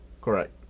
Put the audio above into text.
Correct